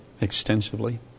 extensively